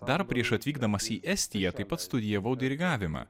dar prieš atvykdamas į estiją taip pat studijavau dirigavimą